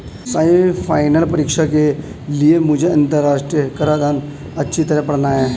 CA final परीक्षा के लिए मुझे अंतरराष्ट्रीय कराधान अच्छी तरह पड़ना है